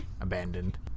abandoned